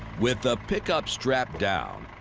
with the pickup strapped down,